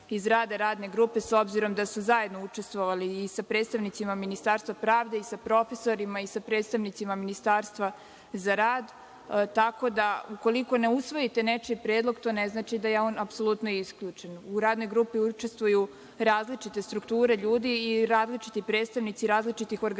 iz rada radne grupe, s obzirom da su zajedno učestvovali i sa predstavnicima Ministarstva pravde i sa profesorima i sa predstavnicima Ministarstva za rad, tako da ukoliko ne usvojite nečiji predlog, to ne znači da je on apsolutno isključen. U radnoj grupi učestvuju različite strukture ljudi i različiti predstavnici različitih organizacija,